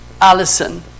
Alison